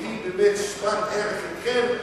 והיא באמת שוות-ערך לכם,